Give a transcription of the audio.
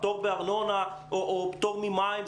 פטור מארנונה או פטור ממים,